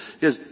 Yes